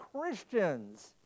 Christians